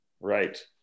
Right